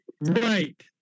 Right